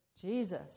Jesus